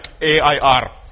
A-I-R